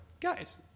guys